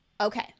Okay